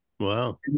Wow